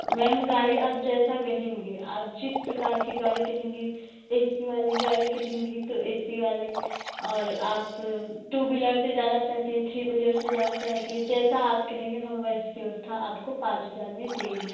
ma'am गाड़ी आप जैसा कहेंगी आप जिस प्रकार की गाड़ी कहेंगी ए सी वाली गाड़ी कहेंगी तो ए सी वाली और आप टू वीलर से जाना चाहती हैं थ्री वीलर से जाना चाहती है जैसा आप कहेंगे हम वैसी व्यवस्था आपको पाँच हज़ार में देंगे